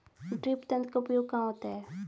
Drip तंत्र का उपयोग कहाँ होता है?